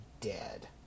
dead